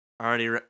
already